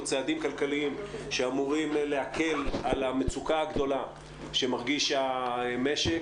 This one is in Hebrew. או צעדים כלכליים שאמורים להקל על המצוקה הגדולה שמרגיש המשק.